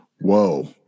Whoa